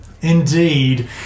Indeed